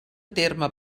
terme